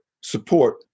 support